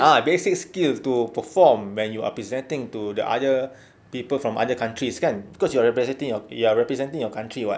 ah basic skills to perform when you are presenting to the other people from other countries kan cause you are representing you're representing your country [what]